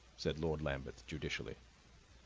said lord lambeth judicially.